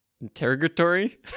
interrogatory